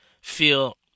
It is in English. feel